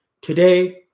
Today